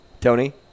Tony